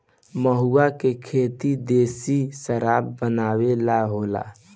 महुवा के खेती देशी शराब बनावे ला होला